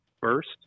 first